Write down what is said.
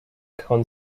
second